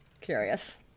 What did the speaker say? curious